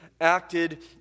Acted